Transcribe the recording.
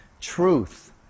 Truth